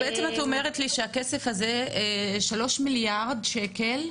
בעצם את אומרת לי שהכסף הזה, 3 מיליארד השקלים,